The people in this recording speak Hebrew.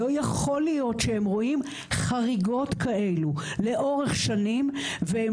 לא יכול להיות שהם רואים חריגות כאלו לאורך שנים והם